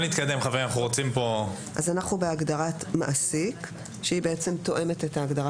אנחנו בהגדרת מעסיק שהיא בעצם תואמת את ההגדרה